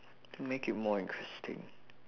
to make it more interesting